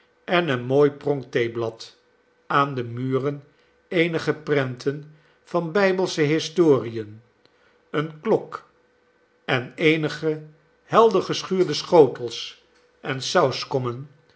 en een mooi pronktheeblad aan de muren eenige prenten van bijbelsche historien eene klok en eenige helder geschuurde schotels en